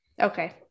Okay